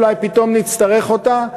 אולי פתאום נצטרך אותה,